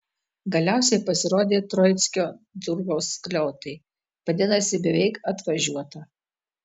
galiausiai pasirodė troickio turgaus skliautai vadinasi beveik atvažiuota